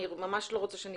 אני לא רוצה שנסטה מהנושא הזה.